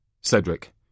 Cedric